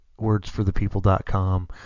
wordsforthepeople.com